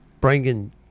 Bringing